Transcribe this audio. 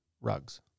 rugs